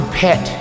pet